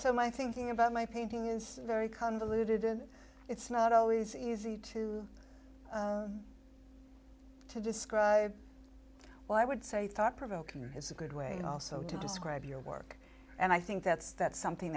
so my thinking about my painting is very convoluted and it's not always easy to to describe why i would say thought provoking is a good way also to describe your work and i think that's that's something